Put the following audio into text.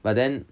but then